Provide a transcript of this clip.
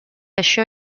això